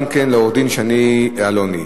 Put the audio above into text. גם לעו"ד שני אלוני.